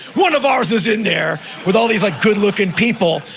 one of ah us is in there, with all these like good-looking people.